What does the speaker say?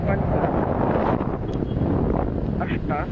पञ्च अष्ट